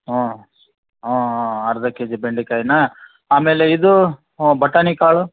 ಹ್ಞೂ ಹಾಂ ಹಾಂ ಅರ್ಧ ಕೆ ಜಿ ಬೆಂಡೆಕಾಯಿನಾ ಆಮೇಲೆ ಇದು ಹ್ಞೂ ಬಟಾಣಿ ಕಾಳು